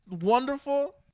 wonderful